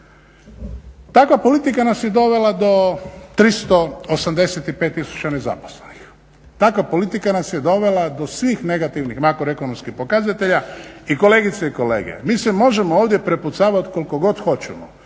Takva politika nas je dovela do 385 tisuća nezaposlenih, takva politika nas je dovela do svih negativnih makroekonomskih pokazatelja i kolegice i kolege mi se možemo ovdje prepucavati koliko god hoćemo